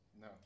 No